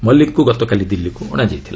ମଲିକଙ୍କୁ ଗତକାଲି ଦିଲ୍ଲୀକୁ ଅଣାଯାଇଥିଲା